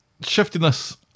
Shiftiness